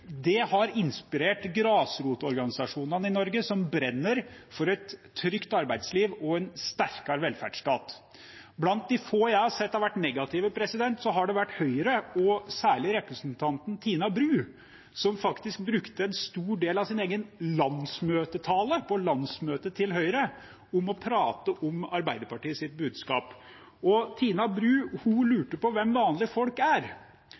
har inspirert grasrotorganisasjonene i Norge, som brenner for et trygt arbeidsliv og en sterkere velferdsstat. Blant de få jeg har sett har vært negative, er Høyre og særlig representanten Tina Bru, som faktisk brukte en stor del av sin egen tale på landsmøtet til Høyre på å prate om Arbeiderpartiets budskap. Tina Bru lurte på hvem «vanlige folk» er.